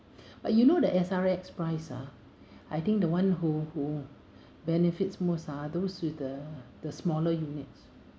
but you know the S_R_X price ah I think the one who who benefits most are those with the the smaller units